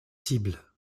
cible